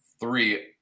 three